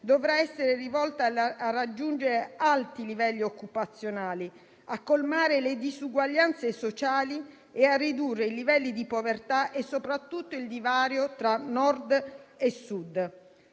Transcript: dovrà essere rivolta a raggiungere alti livelli occupazionali, a colmare le disuguaglianze sociali e a ridurre i livelli di povertà e, soprattutto, il divario tra Nord e Sud.